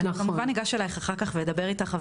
אני כמובן אגש אלייך אחר כך ואדבר איתך,